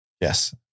Yes